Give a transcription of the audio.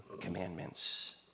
commandments